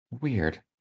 Weird